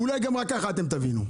ואולי גם רק ככה אתם תבינו.